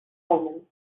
omens